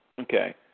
Okay